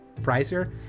pricier